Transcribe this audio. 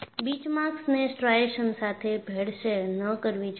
બીચમાર્ક્સને striations સાથે ભેળસેળ ન કરવી જોઈએ